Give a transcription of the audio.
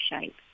shape